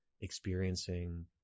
experiencing